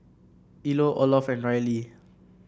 Ilo Olof and Rylie